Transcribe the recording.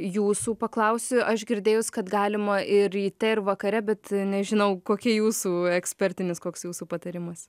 jūsų paklausiu aš girdėjus kad galima ir ryte ir vakare bet nežinau kokia jūsų ekspertinis koks jūsų patarimas